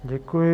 Děkuji.